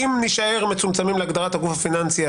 אם נישאר מצומצמים להגדרת הגוף הפיננסי,